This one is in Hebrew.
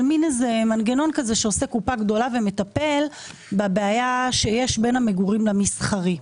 של מעין מנגנון שעושה קופה גדולה ומטפל בבעיה שיש בין המגורים למסחרי.